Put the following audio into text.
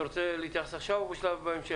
אתה רוצה להתייחס עכשיו או בהמשך?